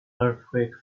earthquake